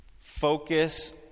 focus